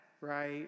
right